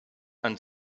and